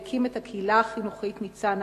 והקים את הקהילה החינוכית ניצנה